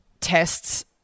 tests